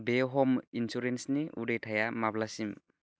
बे ह'म इन्सुरेन्स नि उदायथाइया माब्लासिम